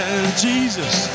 Jesus